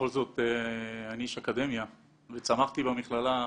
כאחד שצמחתי במכללה,